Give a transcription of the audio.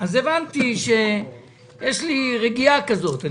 הבנתי שיש לי רגיעה כזאת.